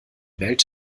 welt